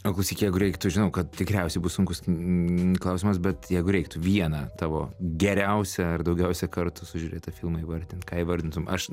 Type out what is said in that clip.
o klausyk jeigu reiktų žinau kad tikriausiai bus sunkūs klausimas bet jeigu reiktų vieną tavo geriausią ar daugiausiai kartų sužiūrėtą filmą įvardint ką įvardintum aš